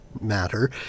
matter